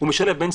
הקבינט